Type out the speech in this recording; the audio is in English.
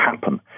happen